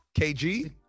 KG